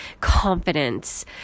confidence